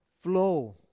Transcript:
flow